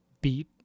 beat